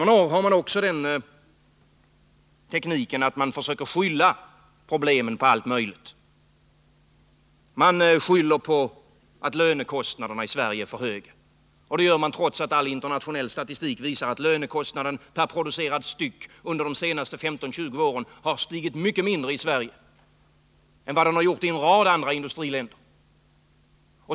Man använder sig också av tekniken att försöka skylla problemen på allt möjligt, t.ex. att lönekostnaderna i Sverige är för höga. Det gör man trots att all internationell statistik visar att lönekostnaden per producerad enhet under de senaste 15-20 åren stigit mycket mindre i Sverige än i en rad andra industriländer.